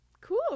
Cool